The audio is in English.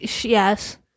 yes